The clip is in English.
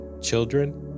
children